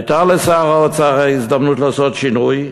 הייתה לשר האוצר ההזדמנות לעשות שינוי,